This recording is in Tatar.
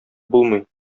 булмый